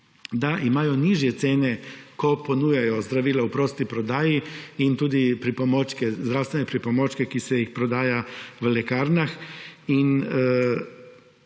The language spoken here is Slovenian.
nižje cene, ko ponujajo zdravila v prosti prodaji in tudi zdravstvene pripomočke, ki se jih prodaja v lekarnah.